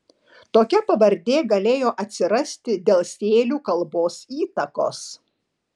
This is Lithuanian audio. tokia pavardė galėjo atsirasti dėl sėlių kalbos įtakos